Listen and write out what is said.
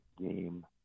game